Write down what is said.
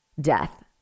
death